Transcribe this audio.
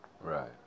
Right